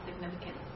significant